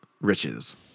riches